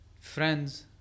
friends